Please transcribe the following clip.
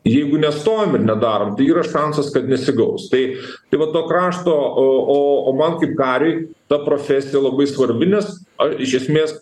jeigu nestovim ir nedarom tai yra šansas kad nesigaus tai tai vat to krašto o o o o man kaip kariui ta profesija labai svarbi nes ar iš esmės